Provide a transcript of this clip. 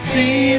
See